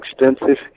extensive